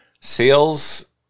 sales